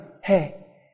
Hey